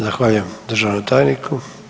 Zahvaljujem državnom tajniku.